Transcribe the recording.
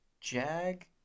Jag